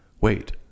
Wait